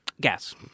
Gas